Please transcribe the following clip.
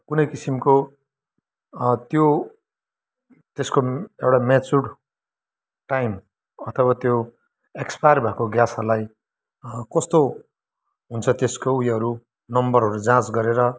कुनै किसिमको त्यो त्यस्को एउटा म्याचुर्ड टाइम अथवा त्यो एक्सपाएर भएको ग्यासहरूलाई कस्तो हुन्छ त्यसको उयोहरू नम्बरहरू जाँच गरेर